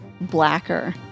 blacker